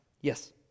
Yes